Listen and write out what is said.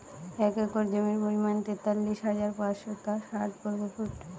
এক একর জমির পরিমাণ তেতাল্লিশ হাজার পাঁচশত ষাট বর্গফুট